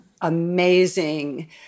amazing